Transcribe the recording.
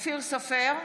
אופיר סופר,